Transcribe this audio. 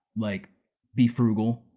like be frugal,